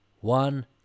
one